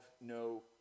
no